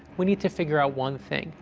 we need to figure out one thing,